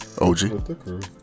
OG